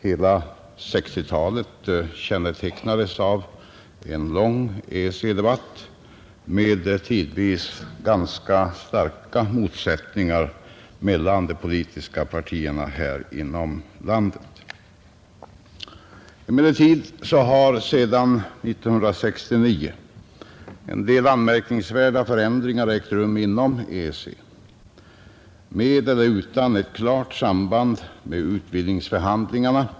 Hela 1960-talet kännetecknades av en lång EEC-debatt med tidvis ganska starka motsättningar mellan de politiska partierna i vårt land. Emellertid har sedan 1969 en del anmärkningsvärda förändringar ägt rum inom EEC med eller utan ett klart samband med utvidgningsförhandlingarna.